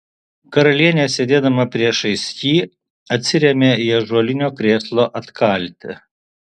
karalienė sėdėdama priešais jį atsirėmė į ąžuolinio krėslo atkaltę